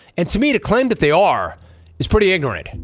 and to me to claim that they are is pretty ignorant.